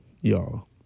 y'all